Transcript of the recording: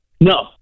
no